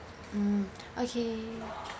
mm okay